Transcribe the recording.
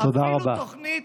תודה רבה.